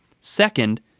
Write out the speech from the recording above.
Second